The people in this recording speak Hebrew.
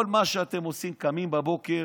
כל מה שאתם עושים, קמים בבוקר,